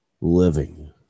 living